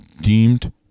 deemed